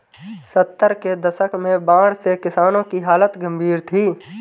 सत्तर के दशक में बाढ़ से किसानों की हालत गंभीर थी